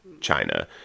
China